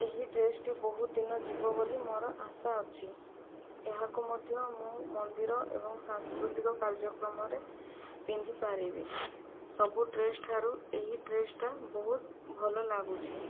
ଏହି ଡ୍ରେସ୍ ଟି ବହୁତ ଦିନ ଯିବ ବୋଲି ମୋର ଆଶା ଅଛି ଏହାକୁ ମଧ୍ୟ ମୁଁ ମନ୍ଦିର ଏବଂ ସାଂସ୍କୃତିକ କାର୍ଯ୍ୟକ୍ରମରେ ପିନ୍ଧିପାରିବି ସବୁ ଡ୍ରେସ୍ ଠାରୁ ଏହି ଡ୍ରେସ୍ ଟା ବହୁତ ଭଲ ଲାଗୁଛି